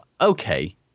okay